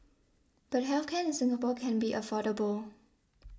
but health care in Singapore can be affordable